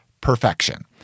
perfection